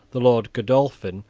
the lord godolphin,